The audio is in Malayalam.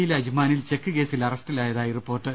യിലെ അജ്മാനിൽ ചെക്ക് കേസിൽ അറസ്റ്റിലായതായി റിപ്പോർട്ട്